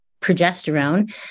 progesterone